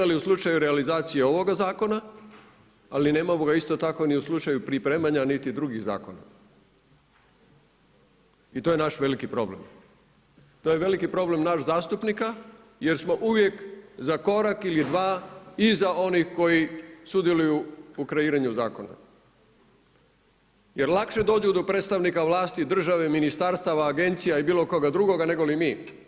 Nismo ga imali u slučaju realizacije ovoga zakona, ali nemamo ga isto tako ni u slučaju pripremanja niti drugog zakona i to je naš veliki problem. to je veliki problem nas zastupnika jer smo uvijek za korak ili dva iza onih koji sudjeluju u kreiranju zakona jer lakše dođu do predstavnika vlasti države, ministarstava, agencija i bilo koga drugoga negoli mi.